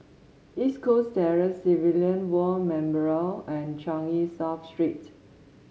East Coast Terrace Civilian War Memorial and Changi South Street